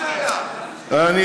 זה המצב, אף אחד לא יכול להחליף.